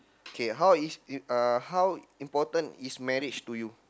K how is im~ uh how important is marriage to you